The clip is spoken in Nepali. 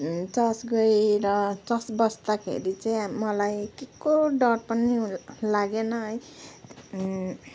चर्च गएर चर्च बस्दाखेरि चाहिँ मलाई के को डर पनि लागेन है